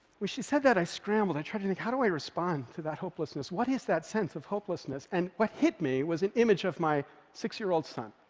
when she said that, i scrambled. i tried to think, how do i respond to that hopelessness? what is that sense of hopelessness? and what hit me was an image of my six-year-old son.